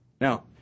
Now